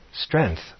strength